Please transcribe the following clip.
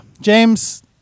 James